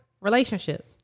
relationship